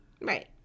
Right